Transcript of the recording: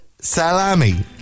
salami